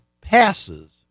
passes